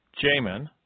Jamin